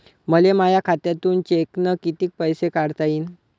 मले माया खात्यातून चेकनं कितीक पैसे काढता येईन?